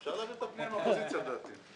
אפשר להעביר את הפנייה עם האופוזיציה לפי דעתי.